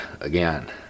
again